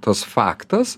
tas faktas